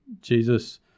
Jesus